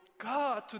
God